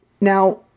Now